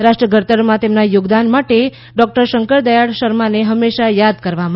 રાષ્ટ્રધડતરમાં તેમના યોગદાન માટે ડોકટર શંકરદયાળ શર્માને હંમેશા યાદ કરાશે